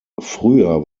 früher